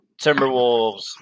Timberwolves